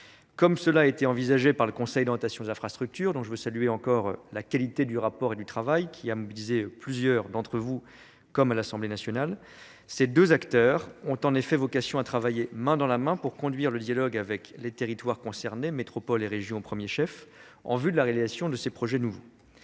comme cela a été envisagé par le Conseil d'orientations des infrastructures, dont jeu saluer encore la qualité du rapport et du travail qui a mobilisé plusieurs d'entre vous comme à l'assemblée nationale, ces deux acteurs ont en effet vocation à travaillerait dans la main pour conduire le dialogue avec les territoires concernés, métropoles et régions, au 1ᵉʳ chef en vue de la réalisation de ces projets nouveaux,